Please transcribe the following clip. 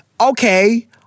okay